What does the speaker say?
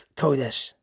Kodesh